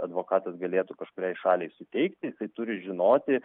advokatas galėtų kažkuriai šaliai suteikti jisai turi žinoti